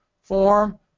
form